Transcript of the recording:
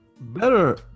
better